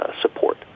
support